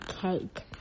cake